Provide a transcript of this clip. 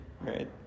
right